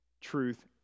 truth